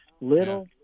Little